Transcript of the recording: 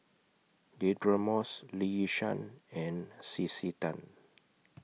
Deirdre Moss Lee Yi Shyan and C C Tan